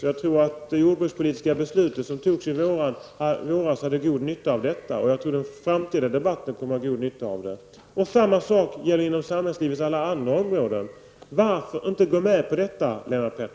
Jag tror också att det jordbrukspolitiska beslut som fattades i våras hade god nytta av detta och att även den framtida debatten kommer att ha god nytta av det. Detsamma gäller inom samhällslivets alla andra områden. Varför inte gå med på detta, Lennart